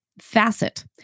facet